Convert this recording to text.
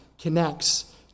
connects